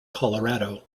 colorado